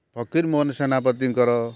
ଫକୀର ମୋହନ ସେନାପତିଙ୍କର